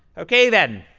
ok, then.